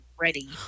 ready